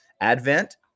Advent